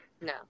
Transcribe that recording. No